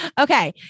Okay